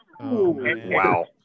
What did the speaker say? Wow